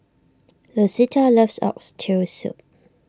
Lucetta loves Oxtail Soup